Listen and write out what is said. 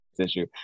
issue